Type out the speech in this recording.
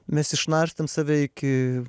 mes išnarstėm save iki